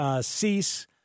Cease